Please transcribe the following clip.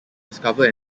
discover